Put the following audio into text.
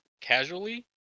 casually